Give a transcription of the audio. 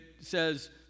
says